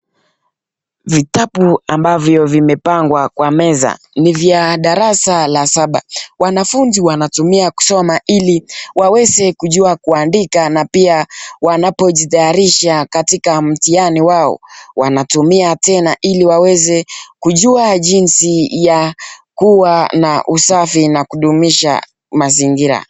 Vitabu ambavyo vimepangwa kwa meza ni vya darasa la saba. Wanafuzi wanatumia kusoma ili waweze kujua kuandika na pia wanapojitayarisha katika mtihani wao wanatumia tena ili waweze kujua jinsi ya kuwa na usafi na kudumisha mazingira.